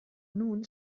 nun